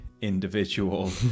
individual